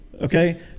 Okay